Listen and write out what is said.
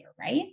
right